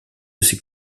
ces